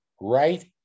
right